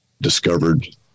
discovered